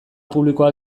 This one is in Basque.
publikoa